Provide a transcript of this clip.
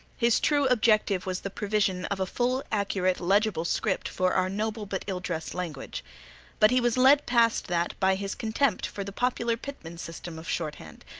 his true objective was the provision of a full, accurate, legible script for our noble but ill-dressed language but he was led past that by his contempt for the popular pitman system of shorthand,